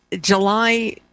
July